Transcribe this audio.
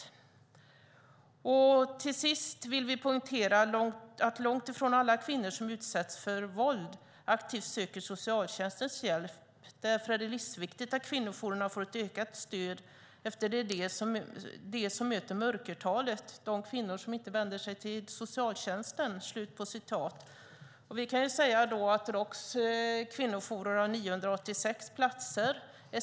Angela Beausang fortsatte: Till sist vill vi poängtera att långt ifrån alla kvinnor som utsätts för våld aktivt söker socialtjänstens hjälp. Därför är det livsviktigt att kvinnojourerna får ett ökat stöd eftersom det är de som möter mörkertalet, de kvinnor som inte vänder sig till socialtjänsten. Roks kvinnojourer har 986 platser.